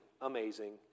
amazing